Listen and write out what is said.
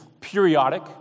periodic